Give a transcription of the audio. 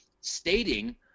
stating